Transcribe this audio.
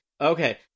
Okay